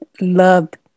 loved